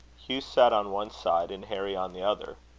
hugh sat on one side and harry on the other.